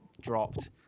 dropped